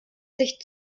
sich